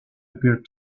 appeared